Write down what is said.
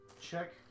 check